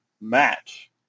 match